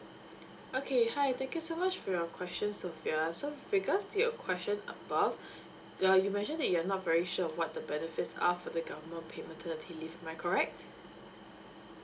okay hi thank you so much for your question sofea so with regards to your question above ya you mentioned that you're not very sure what the benefits are for the government paid maternity leave am I correct